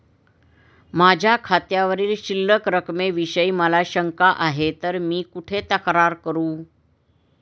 माझ्या खात्यावरील शिल्लक रकमेविषयी मला शंका आहे तर मी कुठे तक्रार करू?